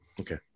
Okay